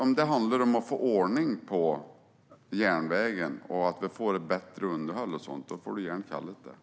Om det handlar om att få ordning på järnvägen så att vi får ett bättre underhåll får du gärna kalla det för det.